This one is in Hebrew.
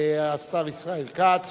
השר ישראל כץ.